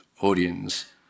audience